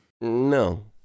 No